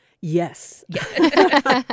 Yes